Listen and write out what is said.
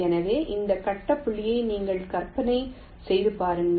எனவே இந்த கட்ட புள்ளியை நீங்கள் கற்பனை செய்து பாருங்கள்